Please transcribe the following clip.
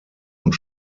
und